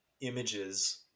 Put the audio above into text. images